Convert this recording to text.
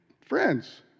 friends